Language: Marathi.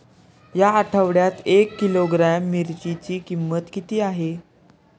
या आठवड्यात एक किलोग्रॅम मिरचीची किंमत किती आहे?